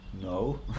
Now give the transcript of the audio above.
no